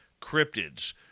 cryptids